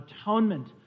atonement